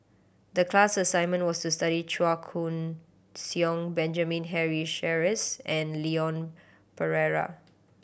the class assignment was to study Chua Koon Siong Benjamin Henry Sheares and Leon Perera